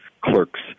clerks